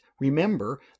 Remember